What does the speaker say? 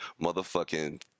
motherfucking